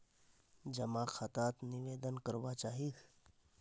जमा खाता त निवेदन करवा चाहीस?